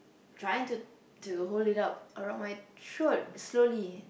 trying to to hold it up around my throat slowly